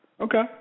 Okay